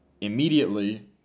immediately